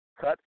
cut